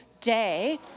day